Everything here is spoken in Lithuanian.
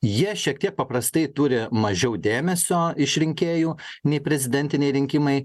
jie šiek tiek paprastai turi mažiau dėmesio iš rinkėjų nei prezidentiniai rinkimai